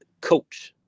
coach